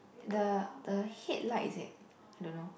the the headlights eh I don't know